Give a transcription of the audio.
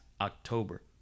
October